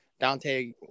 Dante